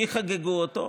מי חגגו אותו?